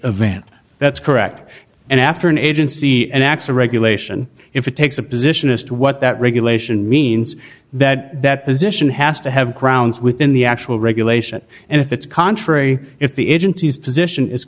event that's correct and after an agency an axe a regulation if it takes a position as to what that regulation means that that position has to have grounds within the actual regulation and if it's contrary if the agency's position is